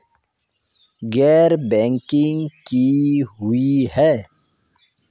गैर बैंकिंग की हुई है?